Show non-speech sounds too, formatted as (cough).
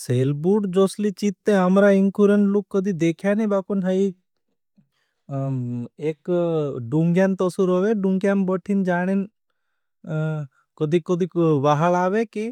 सेलबूर्ड जोसली चीते हमरा इंकुरन लुग कदी देखया नहीं, बाकुन है (hesitation) एक डुंग्यां तोसी रोवे। डुंग्यां बठें जानें कदी कदी वहाल आवे की,